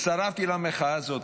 הצטרפתי למחאה הזאת,